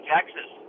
Texas